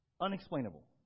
Unexplainable